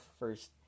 first